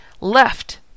left